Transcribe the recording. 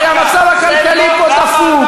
הרי המצב הכלכלי פה דפוק,